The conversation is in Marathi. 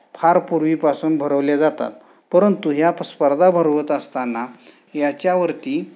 फार पूर्वीपासून भरवल्या जातात परंतु ह्या स्पर्धा भरवत असताना याच्यावरती